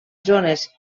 zones